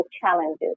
challenges